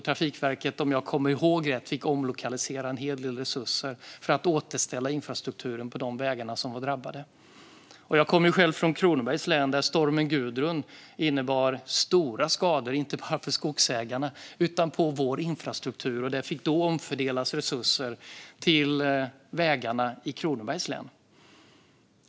Trafikverket fick, om jag kommer ihåg rätt, omlokalisera en hel del resurser för att återställa infrastrukturen på de vägar som var drabbade. Jag kommer själv från Kronobergs län där stormen Gudrun innebar stora skador inte bara för skogsägarna utan också på vår infrastruktur. Det fick då omfördelas resurser till vägarna i Kronobergs län.